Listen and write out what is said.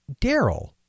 Daryl